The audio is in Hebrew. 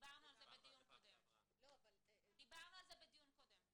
דיברנו על זה בדיון הקודם.